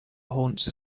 haunts